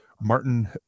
Martin